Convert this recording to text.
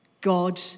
God